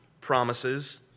promises